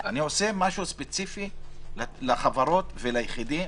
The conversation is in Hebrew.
אני עושה משהו ספציפי לחברות וליחידים